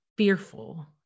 fearful